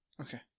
Okay